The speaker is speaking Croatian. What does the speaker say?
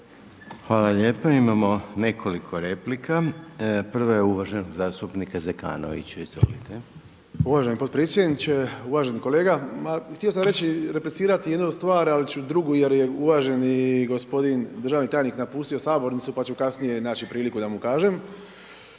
Hvala lijepa. Imamo nekoliko replika. Prva je uvaženog zastupnika Zekanovića. Izvolite. **Zekanović, Hrvoje (HRAST)** Uvaženi potpredsjedniče, uvaženi kolega ma htio sam reći, replicirati jednu stvar ali ću drugu jer je uvaženi gospodin državni tajnik napustio sabornicu pa ću kasnije naći priliku da mu kažem.